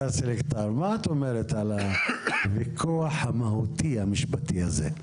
מה את אומרת על הוויכוח המהותי והמשפטי הזה?